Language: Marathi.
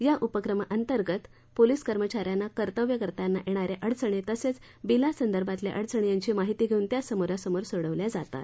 या उपक्रमाअंतर्गत पोलीस कर्मचान्यांना कर्तव्य करतांना येणाऱ्या अडचणी तसेच बिलासंदर्भातल्या अडचणी यांची माहीती घेऊन त्या समोरासमोर सोडवल्या जातात